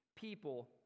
people